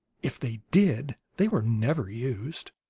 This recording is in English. if they did, they were never used.